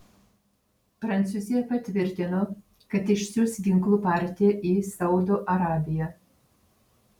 prancūzija patvirtino kad išsiųs ginklų partiją į saudo arabiją